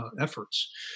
efforts